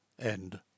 End